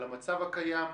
על המצב הקיים,